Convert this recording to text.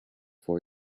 for